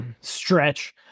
stretch